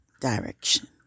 direction